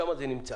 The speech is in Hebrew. שם זה נמצא.